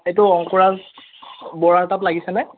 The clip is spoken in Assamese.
এইটো অংকুৰাজ বৰাৰ তাত লাগিছেনে